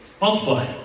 multiply